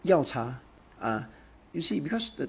药茶 ah you see because the